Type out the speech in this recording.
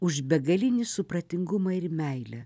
už begalinį supratingumą ir meilę